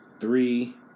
three